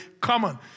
common